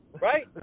right